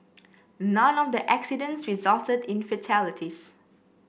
none of the accidents resulted in fatalities